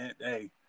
Hey